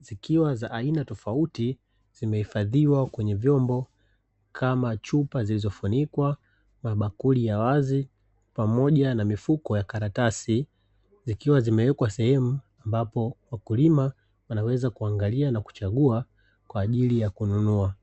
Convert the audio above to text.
zikiwa za aina tofauti, zimehifadhiwa kwenye vyombo kama chupa zilizofunikwa, mabakuli ya wazi pamoja na mifuko ya karatasi. Zikiwa zimewekwa sehemu ambapo wakulima wanaweza kuangalia na kuchagua kwa ajili ya kununua.